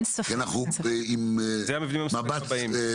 אלה המבנים המסוכנים הבאים.